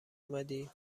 اومدی